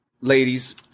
ladies